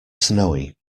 snowy